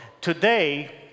today